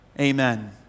Amen